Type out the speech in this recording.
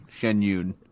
Shenyun